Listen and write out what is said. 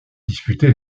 disputé